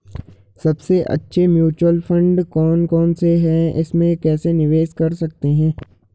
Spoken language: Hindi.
सबसे अच्छे म्यूचुअल फंड कौन कौनसे हैं इसमें कैसे निवेश कर सकते हैं?